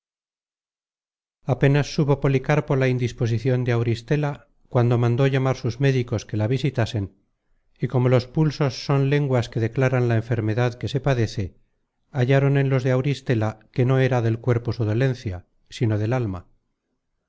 apenas supo policarpo la indisposicion de auristela cuando mandó llamar sus médicos que la visitasen y como los pulsos son lenguas que declaran la enfermedad que se padece hallaron en los de auristela que no era del cuerpo su dolencia sino del alma